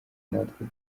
natwe